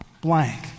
blank